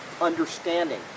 understanding